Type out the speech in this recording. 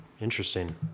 interesting